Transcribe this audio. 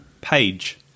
page